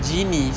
genie